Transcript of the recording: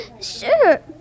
Sure